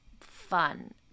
fun